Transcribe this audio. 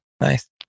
nice